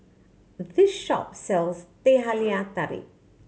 this shop sells Teh Halia Tarik